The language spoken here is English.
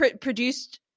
produced